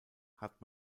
hat